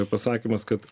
pasakymas kad